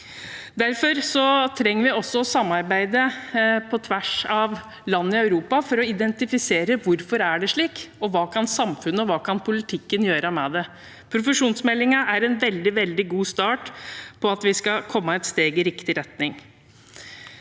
– Voteringer 2024 tvers av land i Europa for å identifisere: Hvorfor er det slik, og hva kan samfunnet og politikken gjøre med det? Profesjonsmeldingen er en veldig, veldig god start på at vi skal komme et steg i riktig retning.